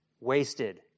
Wasted